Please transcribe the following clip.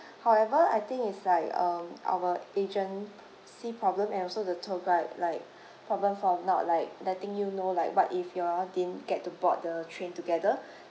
however I think it's like um our agency problem and also the tour guide like problem for not like letting you know like what if you all didn't get to board the train together